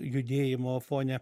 judėjimo fone